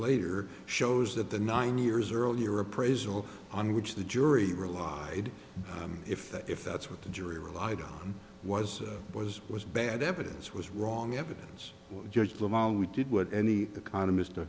later shows that the nine years earlier appraisal on which the jury relied if that if that's what the jury relied on was was was bad evidence was wrong evidence judge them all we did what any economist a